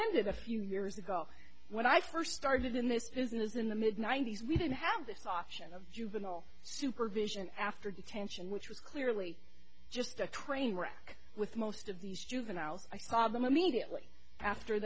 amended a few years ago when i first started in this business in the mid ninety's we did have this option of juvenile supervision after detention which was clearly just a train wreck with most of these juveniles i saw them immediately after